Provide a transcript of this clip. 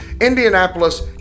Indianapolis